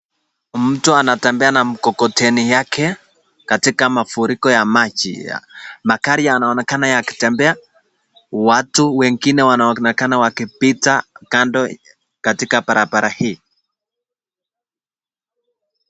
Mtu anatembea na mkokoteni yake katika mafuriko ya maji makali yanaonekana yakitembea. Watu wengine wanaonekana wakipita kando katika barabara hii.